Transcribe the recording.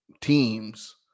teams